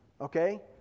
okay